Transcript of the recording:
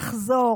נחזור,